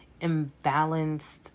imbalanced